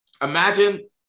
Imagine